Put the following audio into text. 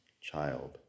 child